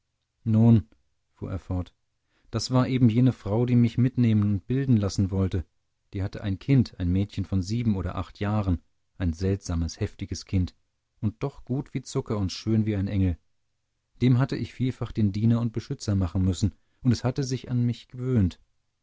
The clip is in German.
nun fuhr er fort das war eben jene frau die mich mitnehmen und bilden lassen wollte die hatte ein kind ein mädchen von sieben oder acht jahren ein seltsames heftiges kind und doch gut wie zucker und schön wie ein engel dem hatte ich vielfach den diener und beschützer machen müssen und es hatte sich an mich gewöhnt